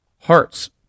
hearts